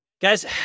Guys